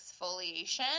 exfoliation